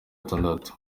gatandatu